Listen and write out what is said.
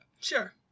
Sure